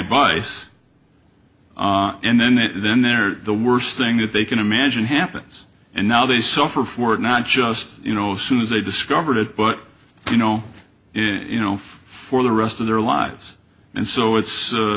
advice and then it then they're the worst thing that they can imagine happens and now they suffer for it not just you know as soon as they discovered it but you know in for the rest of their lives and so it's